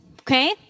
okay